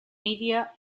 media